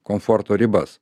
komforto ribas